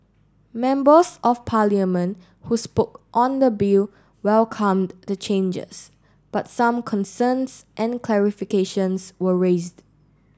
members of parliament who spoke on the bill welcomed the changes but some concerns and clarifications were raised